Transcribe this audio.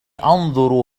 أنظر